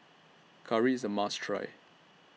Curry IS A must Try